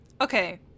Okay